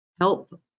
help